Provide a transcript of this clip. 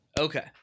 Okay